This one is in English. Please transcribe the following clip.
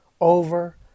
Over